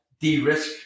de-risk